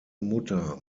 mutter